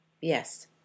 Yes